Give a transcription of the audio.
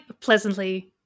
pleasantly